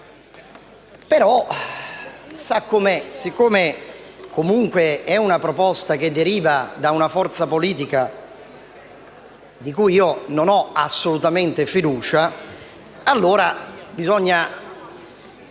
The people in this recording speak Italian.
siccome è una proposta che deriva da una forza politica in cui non ho assolutamente fiducia, bisogna